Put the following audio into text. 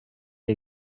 les